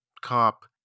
cop